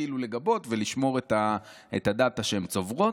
כאילו לגבות ולשמור את הדאטה שהן צוברות.